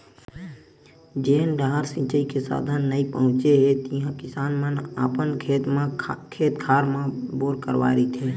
जेन डाहर सिचई के साधन नइ पहुचे हे तिहा किसान मन अपन खेत खार म बोर करवाए रहिथे